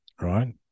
right